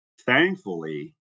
Thankfully